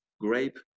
grape